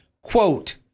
Quote